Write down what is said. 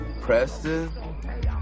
Preston